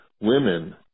women